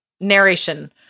narration